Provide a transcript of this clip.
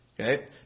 Okay